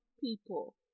people